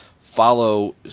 follow